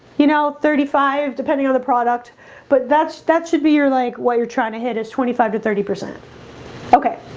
you know thirty five depending on the product but that's that should be your like what you're trying to hit is twenty five to thirty percent okay